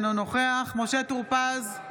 אינו נוכח משה טור פז,